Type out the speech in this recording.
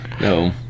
no